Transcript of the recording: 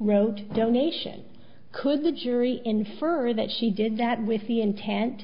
wrote a donation could the jury infer that she did that with the intent